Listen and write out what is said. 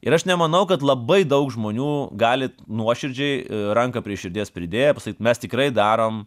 ir aš nemanau kad labai daug žmonių galit nuoširdžiai ranką prie širdies pridėję pasakyt mes tikrai darom